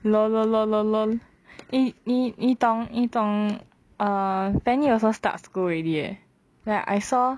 LOL LOL LOL LOL LOL eh 你你懂你懂 err fanny also start school already eh ya I saw